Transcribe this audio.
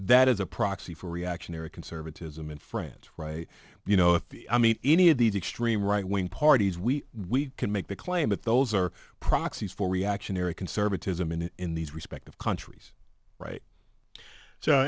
that is a proxy for reactionary conservatism in france you know if i mean any of these extreme right wing parties we we can make the claim that those are proxies for reactionary conservatism and in these respective countries right so